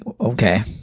okay